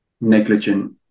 negligent